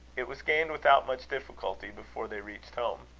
it was gained without much difficulty before they reached home.